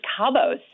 Cabos